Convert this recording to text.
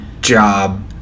job